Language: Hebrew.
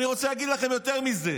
אני רוצה להגיד לכם יותר מזה,